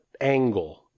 angle